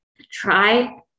try